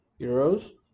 Euros